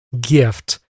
gift